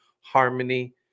harmony